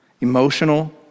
emotional